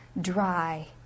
dry